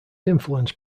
influenced